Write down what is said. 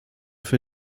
für